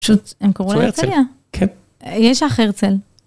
פשוט, הם קוראים הרצליה? כן. יש לך הרצל.